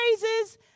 praises